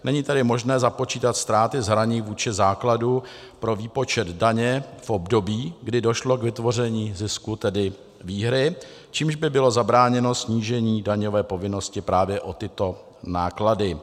Není tedy možné započítat ztráty z hraní vůči základu pro výpočet daně v období, kdy došlo k vytvoření zisku, tedy výhry, čímž by bylo zabráněno snížení daňové povinnosti právě o tyto náklady.